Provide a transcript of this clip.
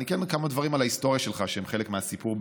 כמה דברים על ההיסטוריה שלך שהם חלק מהסיפור,